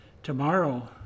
Tomorrow